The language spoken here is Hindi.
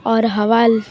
और हवा